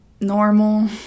normal